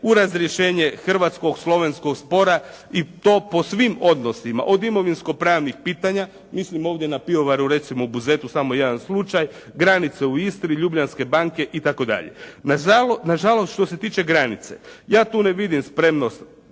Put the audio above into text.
u razrješenje hrvatsko-slovenskog spora i to po svim odnosima, od imovinsko pravnih pitanja, mislim ovdje na pivovaru recimo u Buzetu samo jedan slučaj, granice u Istri, "Ljubljanske banke" itd. Na žalost što se tiče granice. Ja tu ne vidim spremnost